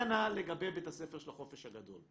כנ"ל לגבי בית הספר של החופש הגדול.